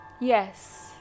Yes